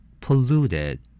Polluted